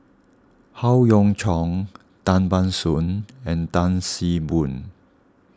Howe Yoon Chong Tan Ban Soon and Tan See Boo